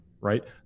right